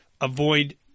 avoid